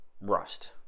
rust